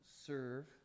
serve